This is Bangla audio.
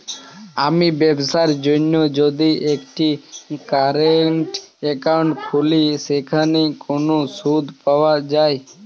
আমি ব্যবসার জন্য যদি একটি কারেন্ট একাউন্ট খুলি সেখানে কোনো সুদ পাওয়া যায়?